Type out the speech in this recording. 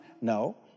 No